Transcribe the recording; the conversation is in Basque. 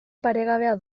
paregabea